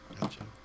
Gotcha